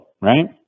right